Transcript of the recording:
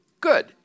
Good